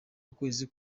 ukwezi